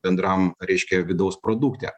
bendram reiškia vidaus produkte